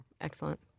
Excellent